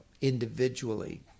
individually